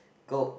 go